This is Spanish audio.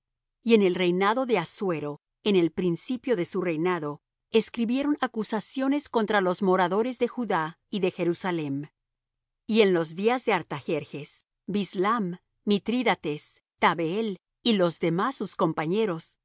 y en el reinado de assuero en el principio de su reinado escribieron acusaciones contra los moradores de judá y de jerusalem y en días de artajerjes bislam mitrídates tabeel y los demás sus compañeros